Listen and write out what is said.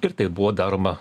ir tai buvo daroma